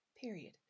period